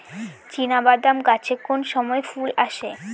চিনাবাদাম গাছে কোন সময়ে ফুল আসে?